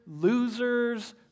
losers